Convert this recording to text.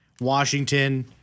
Washington